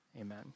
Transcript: Amen